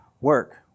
work